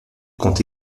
compte